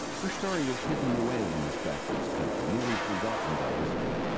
her story was hidden away in this backwoods country, nearly forgotten by history,